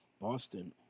Boston